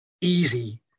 easy